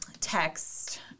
text